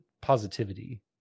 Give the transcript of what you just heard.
positivity